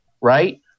right